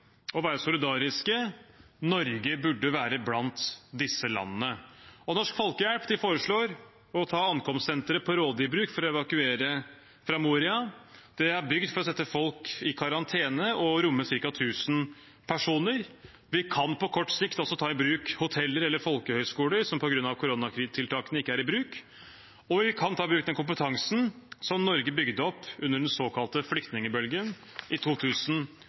å være solidariske. Norge burde være blant disse landene. Norsk Folkehjelp foreslår å ta ankomstsenteret i Råde i bruk for å evakuere fra Moria. Det er bygd for å sette folk i karantene og rommer ca. 1 000 personer. Vi kan på kort sikt også ta i bruk hoteller eller folkehøyskoler som på grunn av koronatiltakene ikke er i bruk, og vi kan ta i bruk den kompetansen Norge bygde opp under den såkalte flyktningbølgen i